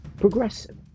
Progressive